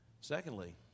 secondly